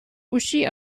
uschi